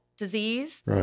disease